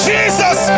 Jesus